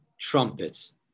trumpets